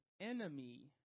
enemy